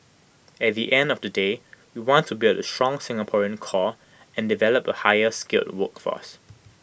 at the end of the day we want to build A strong Singaporean core and develop A higher skilled workforce